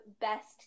best